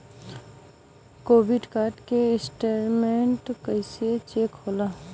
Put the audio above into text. Credit card के statement कइसे check होला?